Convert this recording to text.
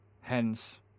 hence